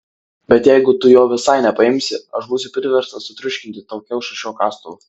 bet jeigu tu jo visai nepaimsi aš būsiu priverstas sutriuškinti tau kiaušą šiuo kastuvu